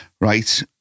Right